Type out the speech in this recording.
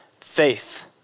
faith